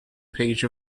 page